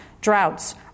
droughts